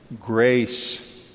grace